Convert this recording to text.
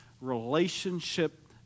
relationship